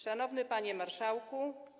Szanowny Panie Marszałku!